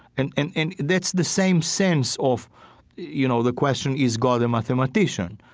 and and and that's the same sense of you know the question is god a mathematician?